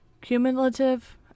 cumulative